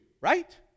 right